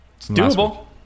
Doable